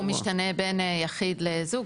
לא, הוא משתנה בין יחיד לזוג.